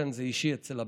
כן, זה אישי אצל אביר.